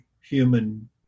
human